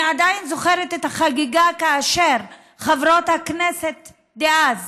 עדיין זוכרת את החגיגה כאשר חברות הכנסת דאז,